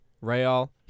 Real